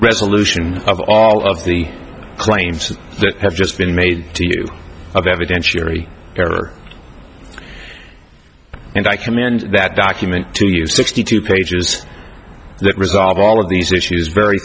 resolution of all of the claims that have just been made to you of evidentiary error and i commend that document to you sixty two pages that resolve all of these issues very